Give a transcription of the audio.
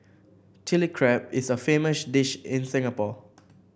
Chilli Crab is a famous dish in Singapore